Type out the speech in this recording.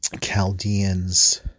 Chaldeans